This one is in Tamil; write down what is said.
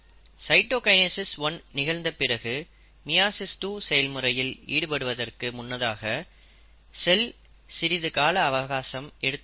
சைட்டோகைனசிஸ் 1 நிகழ்ந்த பிறகு மியாசிஸ் 2 செயல்முறையில் ஈடுபடுவதற்கு முன்னதாக செல் சிறிது கால அவகாசம் எடுத்துக்கொள்ளும்